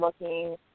looking